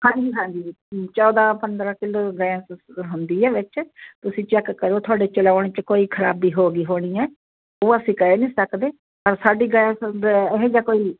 ਹਾਂਜੀ ਹਾਂਜੀ ਜੀ ਚੌਦ੍ਹਾਂ ਪੰਦਰ੍ਹਾਂ ਕਿਲੋ ਗੈਸ ਹੁੰਦੀ ਹੈ ਵਿੱਚ ਤੁਸੀਂ ਚੈੱਕ ਕਰੋ ਤੁਹਾਡੇ ਚਲਾਉਣ 'ਚ ਕੋਈ ਖ਼ਰਾਬੀ ਹੋ ਗਈ ਹੋਣੀ ਹੈ ਉਹ ਅਸੀਂ ਕਹਿ ਨਹੀਂ ਸਕਦੇ ਪਰ ਸਾਡੀ ਗੈਸ ਦਾ ਇਹੋ ਜਿਹਾ ਕੋਈ